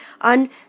on